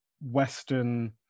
Western